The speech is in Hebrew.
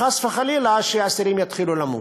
חס וחלילה שהאסירים יתחילו למות.